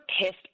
pissed